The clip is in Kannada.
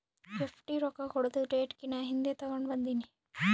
ಎಫ್.ಡಿ ರೊಕ್ಕಾ ಕೊಡದು ಡೇಟ್ ಕಿನಾ ಹಿಂದೆ ತೇಕೊಂಡ್ ಬಂದಿನಿ